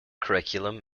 curriculum